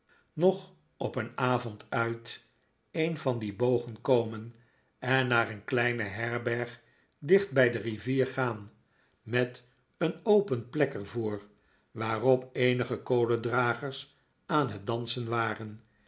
nog op een avond uit een van die bogen komen en naar een kleine herberg dicht bij de rivier gaan met een open plek er voor waarop eenige kolendragers aan het dansen waren